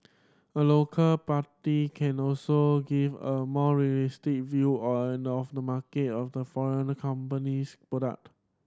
a local party can also give a more view and of the market of the foreign company's product